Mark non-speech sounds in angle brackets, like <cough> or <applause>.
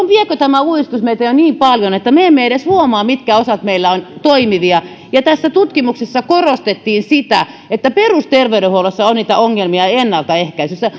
<unintelligible> viekö tämä uudistus meitä jo niin paljon että me emme edes huomaa mitkä osat meillä ovat toimivia tässä tutkimuksessa korostettiin sitä että perusterveydenhuollossa on niitä ongelmia ennaltaehkäisyssä <unintelligible>